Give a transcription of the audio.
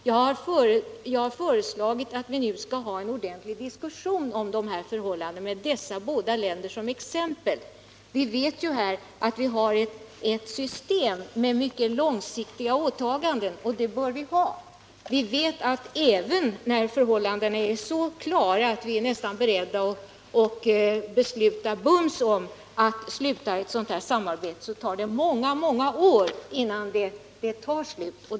Jag har föreslagit att vi nu skall ha en ordentlig diskussion om förhållandena med dessa båda länder som exempel. Vi vet ju att vi har ett system med mycket långsiktiga åtaganden, och det bör vi ha. Vi vet att även när förhållandena är så klara att vi nästan är beredda att omedelbart besluta om att upphöra med samarbetet tar det många år innan samarbetet tar slut.